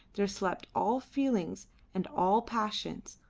there slept all feelings and all passions,